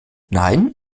nein